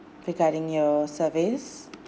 regarding your service